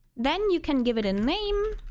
then you can give it a name